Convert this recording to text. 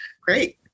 Great